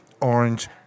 orange